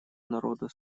народа